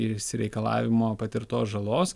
išsireikalavimo patirtos žalos